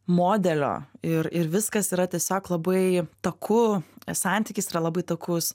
modelio ir ir viskas yra tiesiog labai taku santykis yra labai takus